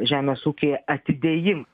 žemės ūkyje atidėjimą